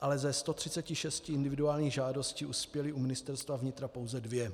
ale ze 136 individuálních žádostí uspěly u Ministerstva vnitra pouze dvě.